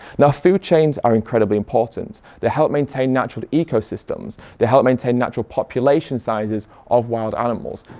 now food chains are incredibly important. they help maintain natural ecosystems, they help maintain natural population sizes of wild animals.